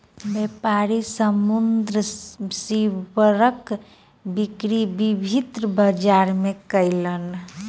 व्यापारी समुद्री सीवरक बिक्री विभिन्न बजार मे कयलक